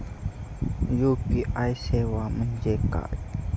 UPI सेवा म्हणजे काय?